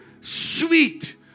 sweet